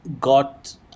got